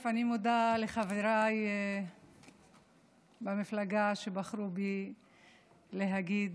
אני מודה לחבריי במפלגה שבחרו בי להגיד